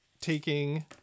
taking